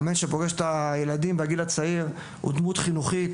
המאמן שפוגש את הילדים בגיל הצעיר הוא דמות חינוכית,